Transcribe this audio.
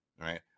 right